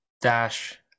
Dash